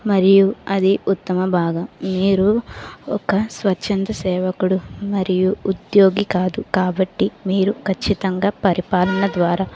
మరియు అది ఉత్తమ భాగం మీరు ఒక స్వచ్ఛంద సేవకుడు మరియు ఉద్యోగి కాదు కాబట్టి మీరు ఖచ్చితంగా పరిపాలన ద్వారా